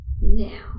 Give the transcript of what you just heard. now